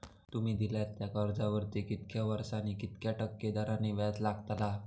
तुमि दिल्यात त्या कर्जावरती कितक्या वर्सानी कितक्या टक्के दराने व्याज लागतला?